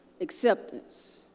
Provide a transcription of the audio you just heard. acceptance